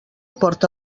porta